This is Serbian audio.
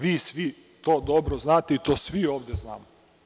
Vi svi to dobro znate i to svi ovde znamo.